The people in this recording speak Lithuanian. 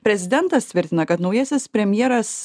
prezidentas tvirtina kad naujasis premjeras